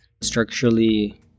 structurally